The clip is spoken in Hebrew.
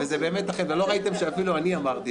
לא ראיתם שאפילו אני אמרתי.